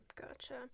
Gotcha